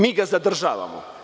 Mi ga zadržavamo.